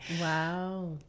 Wow